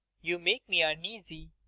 you make me uneasy.